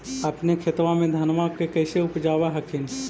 अपने खेतबा मे धन्मा के कैसे उपजाब हखिन?